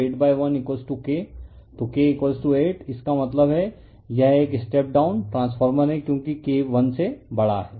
तो K 8 इसका मतलब है यह एक स्टेप डाउन ट्रांसफॉर्मर है क्योंकि K वन से बड़ा है